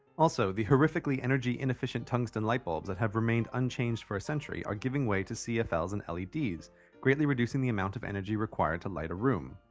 also the horrifically energy in-efficient tungsten light bulbs that have remained unchanged for a century are giving way to cfls and leds greatly reducing the amount of energy required to light a room.